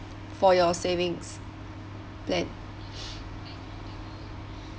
for your savings plan